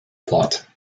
plot